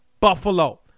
Buffalo